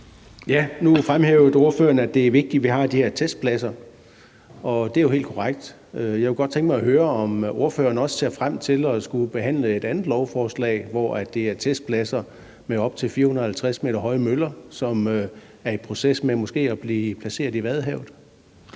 Nu fremhævede ordføreren, at det er vigtigt, at vi har de her testpladser, og det er jo helt korrekt. Jeg kunne godt tænke mig at høre, om ordføreren også ser frem til at skulle behandle et andet lovforslag, hvor det er testpladser med op til 450 m høje møller, som er i proces med henblik på måske at blive placeret i Vadehavet.